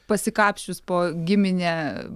pasikapsčius po giminę